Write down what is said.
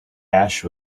ash